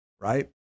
right